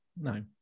No